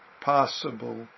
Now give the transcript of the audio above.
possible